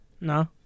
No